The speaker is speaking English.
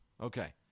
Okay